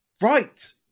right